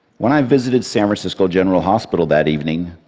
when i visited san francisco general hospital that evening,